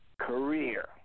career